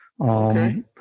Okay